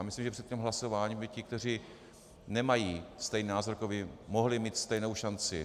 Myslím, že před hlasováním by ti, kteří nemají stejný názor jako vy, mohli mít stejnou šanci.